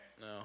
No